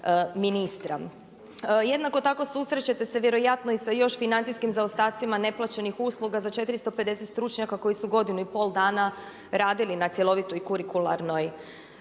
ministra. Jednako tako susrest ćete se vjerojatno i sa još financijskim zaostacima neplaćenih usluga za 450 stručnjaka koji su godinu i pol dana radili na cjelovitoj i kurikularnoj